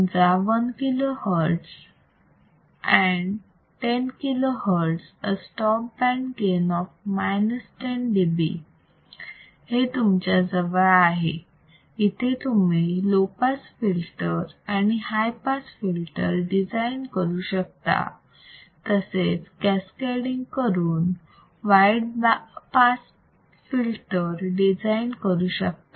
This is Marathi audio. समजा 1 kilo hertz and 10 kilo hertz a stop band gain of minus 10 dB हे तुमच्याजवळ आहे इथे तुम्ही लो पास फिल्टर आणि हाय पास फिल्टर डिझाईन करू शकता तसेच कॅस्कॅडींग करून wide band pass filter design करू शकता